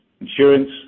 insurance